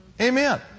Amen